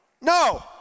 No